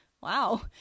wow